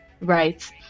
right